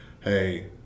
hey